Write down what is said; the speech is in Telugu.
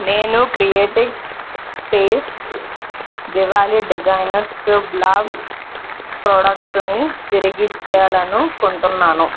నేను creative space Diwali designer Shubh Labh ప్రోడక్టుని తిరిగి ఇచ్చేయాలని అనుకుంటున్నాను